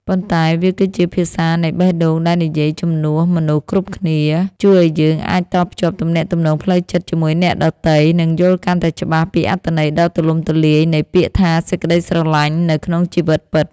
ប៉ុន្តែវាគឺជាភាសានៃបេះដូងដែលនិយាយជំនួសមនុស្សគ្រប់គ្នា ជួយឱ្យយើងអាចតភ្ជាប់ទំនាក់ទំនងផ្លូវចិត្តជាមួយអ្នកដទៃ និងយល់កាន់តែច្បាស់ពីអត្ថន័យដ៏ទូលំទូលាយនៃពាក្យថា សេចក្ដីស្រឡាញ់ នៅក្នុងជីវិតពិត។